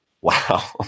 Wow